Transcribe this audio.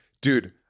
Dude